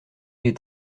est